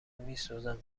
میسوزم